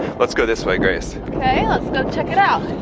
let's go this way, grace. okay let's go check it out.